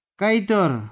kaitor